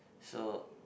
so